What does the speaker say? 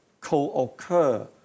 co-occur